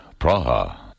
Praha